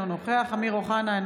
אינו נוכח אמיר אוחנה,